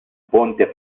ponte